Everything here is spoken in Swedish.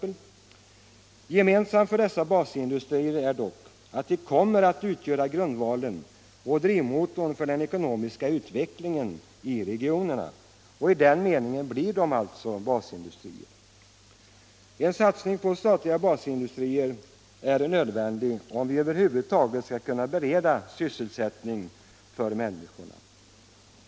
Gemensamt för dessa basindustrier är att de kommer att utgöra grundvalen och drivmotorn för den ekonomiska utvecklingen i regionerna; i den meningen blir de alltså basindustrier. En satsning på statliga basindustrier är nödvändig, om vi över huvud taget skall kunna bereda sysselsättning åt människorna.